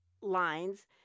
lines